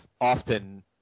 often